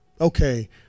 okay